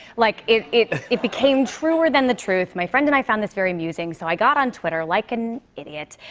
like, it it it became truer than the truth. my friend and i found this very amusing, so i got on twitter, like an idiot,